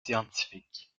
scientifiques